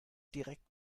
direkt